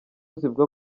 zivuga